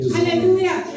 Hallelujah